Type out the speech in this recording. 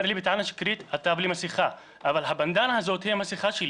אומר לי בטענה שקרית 'אתה בלי מסכה' אבל הבנדנה הזאת היא המסכה שלי,